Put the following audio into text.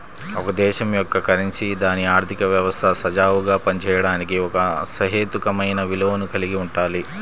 ఒక దేశం యొక్క కరెన్సీ దాని ఆర్థిక వ్యవస్థ సజావుగా పనిచేయడానికి ఒక సహేతుకమైన విలువను కలిగి ఉండాలి